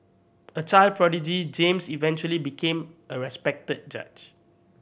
a child prodigy James eventually became a respected judge